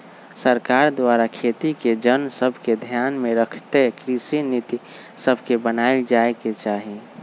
सरकार द्वारा खेती के जन सभके ध्यान में रखइते कृषि नीति सभके बनाएल जाय के चाही